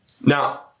Now